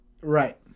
Right